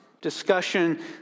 discussion